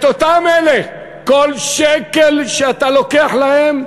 את אותם אלה, כל שקל שאתה לוקח להם,